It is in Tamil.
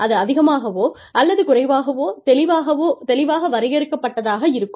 அது அதிகமாகவோ அல்லது குறைவாகவோ தெளிவாக வரையறுக்கப்பட்டதாக இருக்கும்